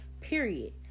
Period